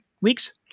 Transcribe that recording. weeks